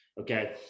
okay